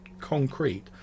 concrete